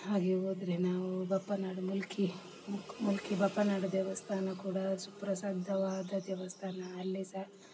ಹಾಗೆ ಹೋದ್ರೆ ನಾವು ಬಪ್ಪನಾಡು ಮುಲ್ಕಿ ಮುಕ್ ಮುಲ್ಕಿ ಬಪ್ಪನಾಡು ದೇವಸ್ಥಾನ ಕೂಡ ಸುಪ್ರಸಿದ್ಧವಾದ ದೇವಸ್ಥಾನ ಅಲ್ಲಿ ಸಹ